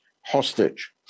hostage